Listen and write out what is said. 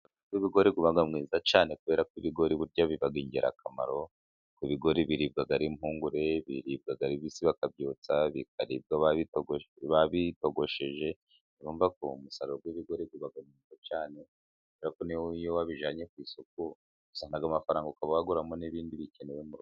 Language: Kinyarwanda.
Umusaruro w'ibigori uba mwiza cyane, kubera ko ibigori burya biba ingirakamaro. Ibigori biribwa ari impungure, biribwa ari bibisi bakabyotsa, bikaribwa babitogosheje. Urumva ko umusaruro w'ibigori uba mwiza cyane, kubera ko n'iyo wabijyanye ku isoko usagura amafaranga, ukaba waguramo n'ibindi bikenewe mu rugo.